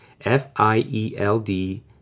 F-I-E-L-D